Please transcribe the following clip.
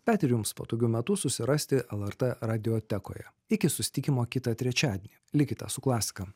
bet ir jums patogiu metu susirasti lrt radiotekoje iki susitikimo kitą trečiadienį likite su klasika